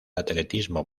atletismo